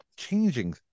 Changing